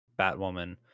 Batwoman